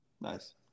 Nice